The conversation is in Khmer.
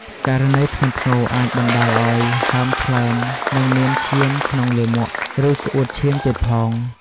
ករណីធ្ងន់ធ្ងរអាចបណ្តាលឱ្យ ហើមថ្លើម និង មានឈាមក្នុងលាមក ឬក្អួតឈាមទៀតផង។